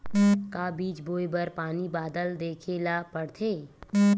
का बीज बोय बर पानी बादल देखेला पड़थे?